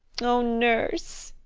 oh, nurse!